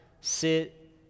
sit